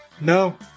no